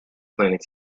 planet